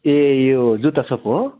ए यो जुत्ता सप हो